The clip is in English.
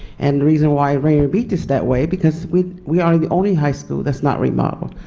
and reason why rainier beach is that way, because we we are the only high school that is not remodeled.